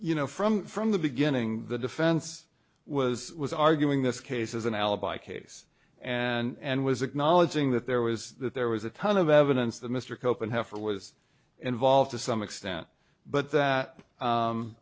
you know from from the beginning the defense was was arguing this case as an alibi case and was acknowledging that there was that there was a ton of evidence that mr cope and have for was involved to some extent but that